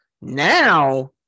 Now